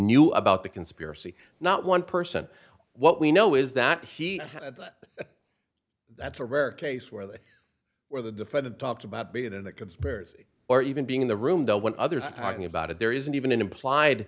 knew about the conspiracy not one person what we know is that he that's a rare case where they where the defendant talked about being in that compares or even being in the room though what others are talking about it there isn't even an implied